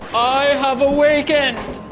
i have awakened.